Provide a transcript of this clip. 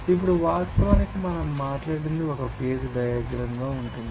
ఇప్పుడు వాస్తవానికి మనం మాట్లాడినది ఒక ఫేజ్ డయాగ్రమ్ ఉంటుంది